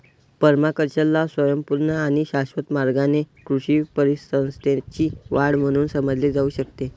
पर्माकल्चरला स्वयंपूर्ण आणि शाश्वत मार्गाने कृषी परिसंस्थेची वाढ म्हणून समजले जाऊ शकते